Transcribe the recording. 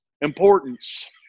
importance